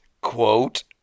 quote